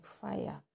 fire